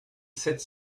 sept